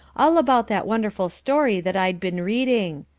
all about that wonderful story that i'd been reading.